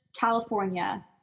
California